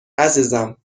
عزیزم